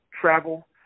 travel